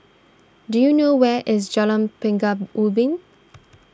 do you know where is Jalan Pekan Ubin